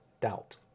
doubt